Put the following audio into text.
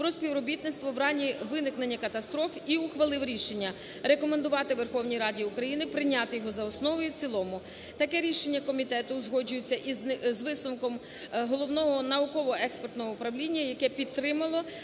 про співробітництво в разі виникнення катастроф і ухвалив рішення рекомендувати Верховній Раді України прийняти його за основу і в цілому. Таке рішення комітету узгоджується з висновком Головного науково-експертного управління, яке підтримало